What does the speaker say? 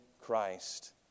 Christ